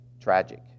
tragic